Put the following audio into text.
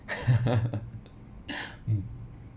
um